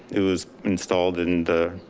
it was installed in the,